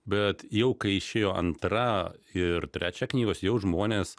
bet jau kai išėjo antra ir trečia knygos jau žmonės